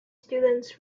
students